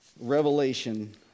Revelation